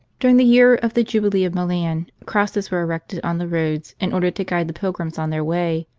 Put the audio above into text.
during the year of the jubilee of milan crosses were erected on the roads in order to guide the pilgrims on their way,